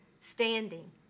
standing